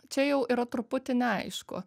čia jau yra truputį neaišku